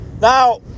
Now